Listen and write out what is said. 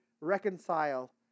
reconcile